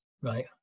Right